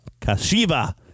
Kashiva